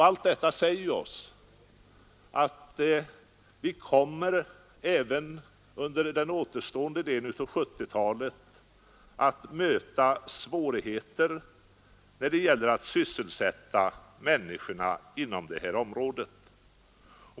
Allt detta säger oss, att vi även under den återstående delen av 1970-talet kommer att möta svårheter när det gäller att sysselsätta människorna inom det här området.